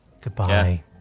Goodbye